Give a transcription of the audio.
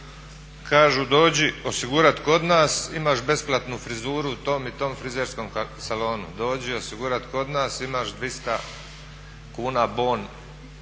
kažu dođi osigurat kod nas, imaš besplatnu frizuru u tom i tom frizerskom salonu. Dođi osigurat kod nas imaš 200 kuna bon